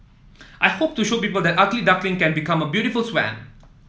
I hope to show people that the ugly duckling can become a beautiful swan